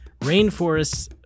rainforests